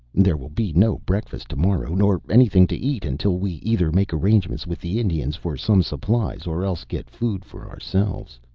there will be no breakfast to-morrow, nor anything to eat until we either make arrangements with the indians for some supplies or else get food for ourselves.